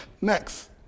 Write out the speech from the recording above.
Next